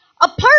apart